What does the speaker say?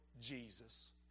Jesus